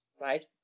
right